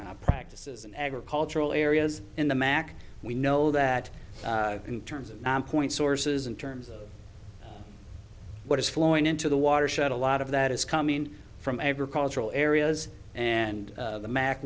practices in agricultural areas in the mac we know that in terms of point sources in terms of what is flowing into the watershed a lot of that is coming from agricultural areas and the mac